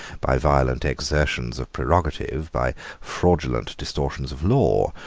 by violent exertions of prerogative, by fraudulent distortions of law,